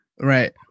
Right